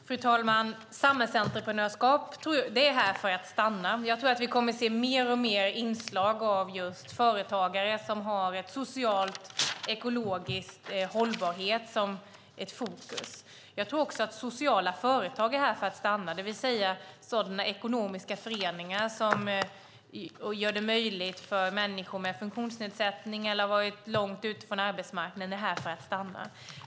Fru talman! Samhällsentreprenörskap är här för att stanna. Jag tror att vi kommer att se allt fler inslag av företagare som har sociala frågor och ekologisk hållbarhet som fokus. Jag tror också att sociala företag är här för att stanna, det vill säga sådana ekonomiska föreningar som underlättar för människor som har funktionsnedsättningar eller som varit långt från arbetsmarknaden.